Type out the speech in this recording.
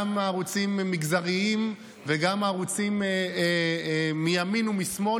גם ערוצים מגזריים וגם הערוצים מימין ומשמאל,